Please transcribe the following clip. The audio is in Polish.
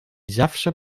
zawsze